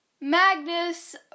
Magnus